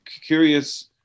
curious